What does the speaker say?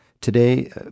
Today